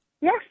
Yes